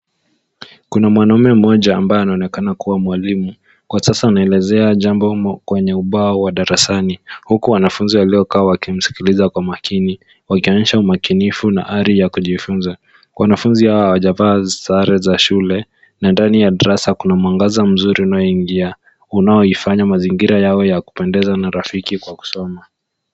Kuna mwanamume mmoja ambaye anaonekana kuwa mwalimu kwa sasa anaelezea jambo kwenye ubao wa darasani huku wanafunzi waliokaa wakimskiliza kwa makini wakionyesha umakinifu na ari ya kujifunza. Wanafunzi hawa hawajavaa sare za shule na ndani ya darasa kuna mwangaza mzuri unaoingia unaoifanya mazingira yao ya kupendeza na rafiki kwa kusoma.